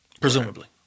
Presumably